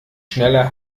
schneller